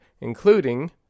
including